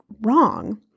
wrong